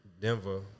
Denver